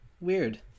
Weird